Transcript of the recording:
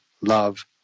love